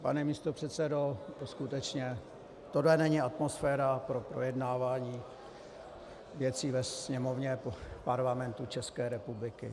Pane místopředsedo, to skutečně, tohle není atmosféra pro projednávání věcí ve Sněmovně Parlamentu České republiky.